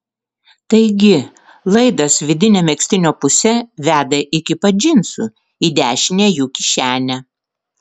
taigi laidas vidine megztinio puse veda iki pat džinsų į dešinę jų kišenę